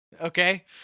okay